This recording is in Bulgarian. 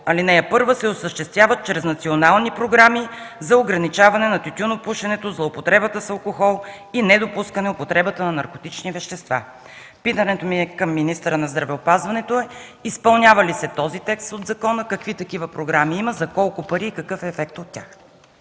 ал. 1 се осъществяват чрез национални програми за ограничаване на тютюнопушенето, злоупотребата с алкохол и недопускане употребата на наркотични вещества”. Питането ми към министъра на здравеопазването е: изпълнява ли се този текст от закона? Какви такива програми има, за колко пари и какъв е ефектът от тях?